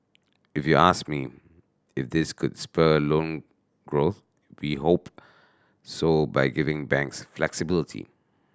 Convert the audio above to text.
if you ask me if this could spur loan growth we hope so by giving banks flexibility